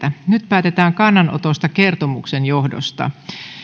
nyt päätetään kannanotosta kertomuksen johdosta